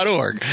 .org